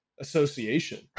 association